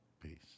peace